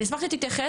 אני אשמח שתתייחס,